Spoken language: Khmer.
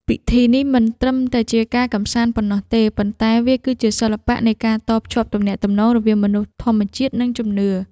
ពិធីនេះមិនត្រឹមតែជាការកម្សាន្តប៉ុណ្ណោះទេ ប៉ុន្តែវាគឺជាសិល្បៈនៃការតភ្ជាប់ទំនាក់ទំនងរវាងមនុស្ស ធម្មជាតិ និងជំនឿ។